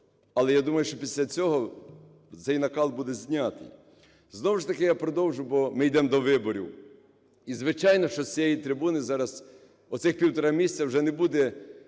Але, я думаю, що після цього цей накал буде знятий. Знову ж таки я продовжу, бо ми ідемо до виборів. І, звичайно, що з цієї трибуни зараз, оцих півтора місяця, вже не буде